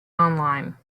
online